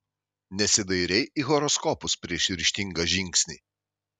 nesidairei į horoskopus prieš ryžtingą žingsnį